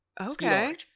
Okay